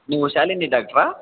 ನೀವು ಶಾಲಿನಿ ಡಾಕ್ಟ್ರಾ